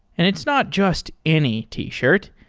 and it's not just any t-shirt.